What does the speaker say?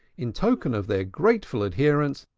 in token of their grateful adherence,